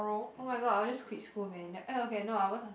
oh-my-god I'll just quit school man oh okay I went to